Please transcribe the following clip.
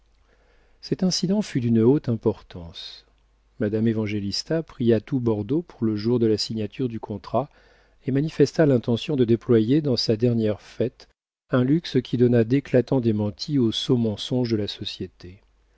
cet incident fut d'une haute importance madame évangélista pria tout bordeaux pour le jour de la signature du contrat et manifesta l'intention de déployer dans sa dernière fête un luxe qui donnât d'éclatants démentis aux sots mensonges de la société